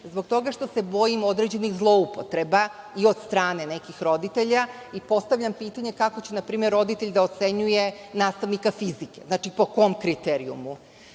Zbog toga što se bojim određenih zloupotreba i od strane nekih roditelja i postavljam pitanje kako će, na primer, roditelj da ocenjuje nastavnika fizike? Po kom kriterijumu? Takođe,